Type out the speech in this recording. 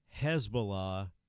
Hezbollah